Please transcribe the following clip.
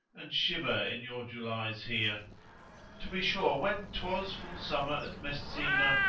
and shiver in your julys here to be sure, when twas full summer at messina,